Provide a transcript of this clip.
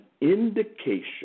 indication